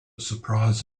surprise